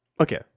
Okay